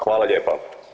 Hvala lijepa.